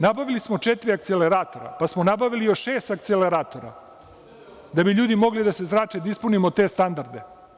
Nabavili smo četiri akceleratora, pa smo nabavili još šest akceleratora da bi ljudi mogli da se zrače, da ispunimo te standarde.